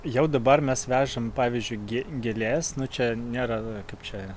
jau dabar mes vežam pavyzdžiui gė gėles nu čia nėra kaip čia